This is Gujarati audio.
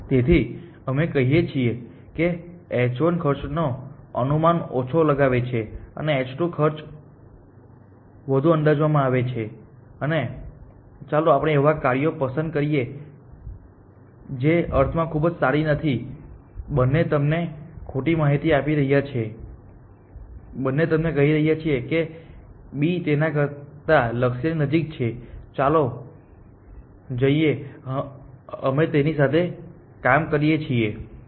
તેથી અમે કહીએ છીએ કે h1 ખર્ચ નો અનુમાન ઓછો લગાવે છે અને h2 ખર્ચ વધુ અંદાજવામાં આવે છે અને ચાલો આપણે એવા કાર્યો પસંદ કરીએ જે એ અર્થમાં ખૂબ સારી નથી કે તે બંને તમને ખોટી માહિતી આપી રહ્યા છે બંને તમને કહી રહ્યા છે કે b તેના કરતા લક્ષ્યની નજીક છે ચાલો જઈએ અમે તેની સાથે કામ કરીએ છીએ